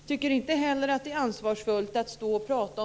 Jag tycker inte heller att det är ansvarsfullt att